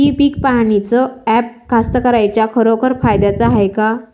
इ पीक पहानीचं ॲप कास्तकाराइच्या खरोखर फायद्याचं हाये का?